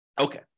Okay